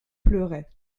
pleurait